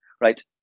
right